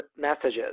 messages